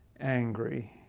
angry